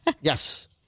Yes